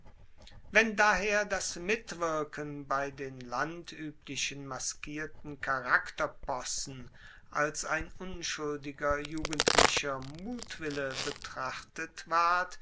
wenn daher das mitwirken bei den landueblichen maskierten charakterpossen als ein unschuldiger jugendlicher mutwille betrachtet ward